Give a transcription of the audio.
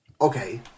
Okay